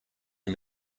him